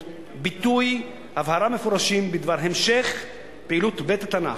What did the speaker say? ביטויי הבהרה מפורשים בדבר המשך פעילות בית-התנ"ך,